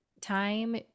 time